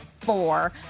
Four